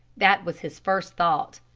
that was his first thought.